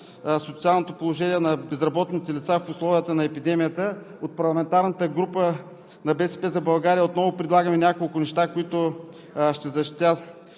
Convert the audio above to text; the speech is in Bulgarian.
социалното положение на безработните лица в условията на епидемията, от парламентарната група на „БСП за България“ отново предлагаме няколко неща, които ще защитя